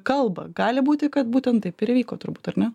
kalba gali būti kad būtent taip ir įvyko turbūt ar ne